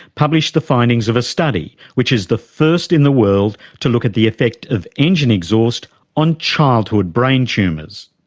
published the findings of a study which is the first in the world to look at the effect of engine exhaust on childhood brain tumours.